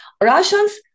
Russians